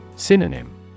Synonym